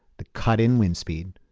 the cut-in wind speed,